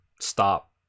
stop